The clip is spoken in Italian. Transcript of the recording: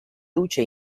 luce